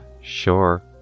sure